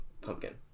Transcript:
pumpkin